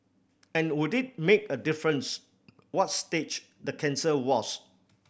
and would it make a difference what stage the cancer was